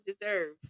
deserve